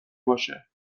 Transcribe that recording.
باشه